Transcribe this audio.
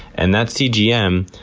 and that cgm,